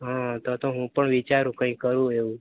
હા તો તો હું પણ વિચાર કઈ કરું એવું